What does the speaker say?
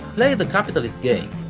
play the capitalist game,